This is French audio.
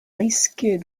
risques